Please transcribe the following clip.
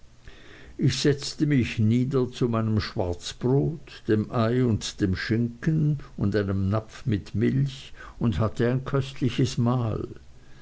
ich setzte mich nieder zu meinem schwarzbrot dem ei und dem schinken und einem napf mit milch und hatte ein köstliches mahl